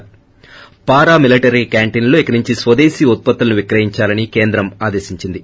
ి పారామిలిటరీ క్యాంటీనలో ఇక నుంచి స్వదేశీ ఉత్పత్తులను విక్రయించాలని కేంద్రం ఆదేశించింది